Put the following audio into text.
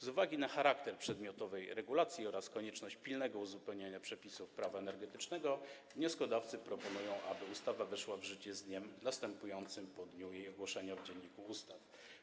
Z uwagi na charakter przedmiotowej regulacji oraz konieczność pilnego uzupełniania przepisów Prawa energetycznego wnioskodawcy proponują, aby ustawa weszła w życie z dniem następującym po dniu jej ogłoszenia w Dzienniku Ustaw.